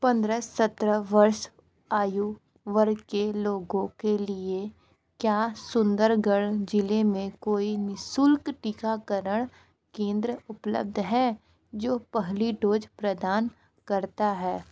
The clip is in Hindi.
पन्द्रह सत्रह वर्ष आयु वर्ग के लोगों के लिए क्या सुंदरगढ़ ज़िले में कोई निशुल्क टीकाकरण केंद्र उपलब्ध है जो पहली डोज प्रदान करता है